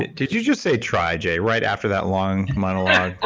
did you just say try jay right after that long monologue?